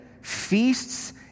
feasts